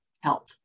health